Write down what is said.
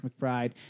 McBride